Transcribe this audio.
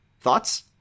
Thoughts